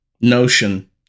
notion